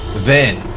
then.